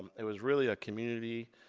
it was really a community